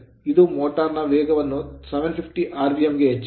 ಇದು motor motor ನ ವೇಗವನ್ನು 750 rpm ಆರ್ ಪಿಎಂ ಗೆ ಹೆಚ್ಚಿಸಲು